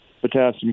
potassium